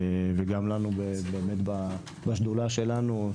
וגם לנו באמת בשדולה שלנו,